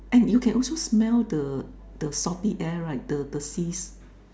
and you can also smell the the salty air right the the seas